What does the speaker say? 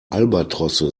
albatrosse